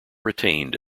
retained